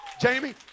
Jamie